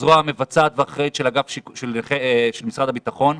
הזרוע המבצעת והאחראית של משרד הביטחון,